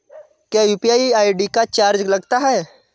क्या UPI ID का charge लगता है?